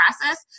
process